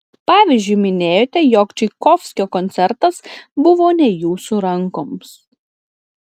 pavyzdžiui minėjote jog čaikovskio koncertas buvo ne jūsų rankoms